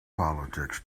politics